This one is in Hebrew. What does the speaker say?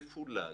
מפולג,